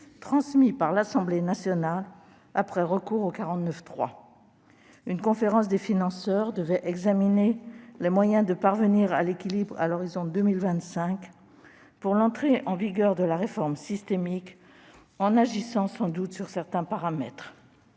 prévue à l'article 49, alinéa 3, de la Constitution. Une conférence des financeurs devait examiner les moyens de parvenir à l'équilibre à l'horizon de 2025 pour l'entrée en vigueur de la réforme systémique, en agissant sans doute sur certains paramètres.